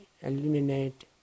eliminate